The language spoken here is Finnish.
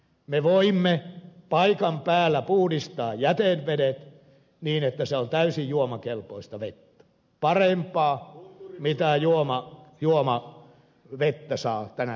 me voimme paikan päällä puhdistaa jäteveden niin että se on täysin juomakelpoista parempaa kuin juomavetenä saa tänä päivänä käyttää